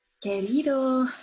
Querido